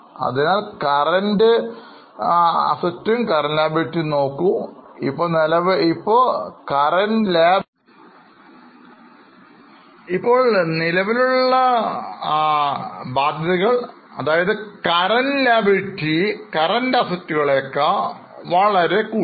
അതിനാൽ നിലവിലെ ആസ്തികളും ബാധ്യതകളും നോക്കൂ ഇപ്പോൾ നിലവിലുള്ള ബാധ്യതകൾ നിലവിലെ ആസ്തികളെക്കാൾ വളരെ കൂടുതലാണ്